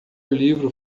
livro